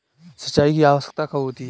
सिंचाई की आवश्यकता कब होती है?